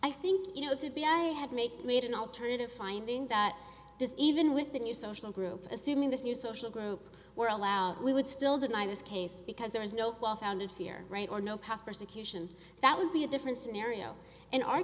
i think you know to be i had made made an alternative finding that even with the new social group assuming this new social group were allowed we would still deny this case because there is no well founded fear right or no past persecution that would be a different scenario in our